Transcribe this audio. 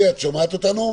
שולי, האם נערכתם?